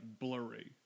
blurry